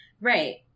right